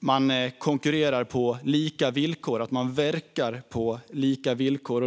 man konkurrerar och verkar på lika villkor.